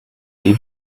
leave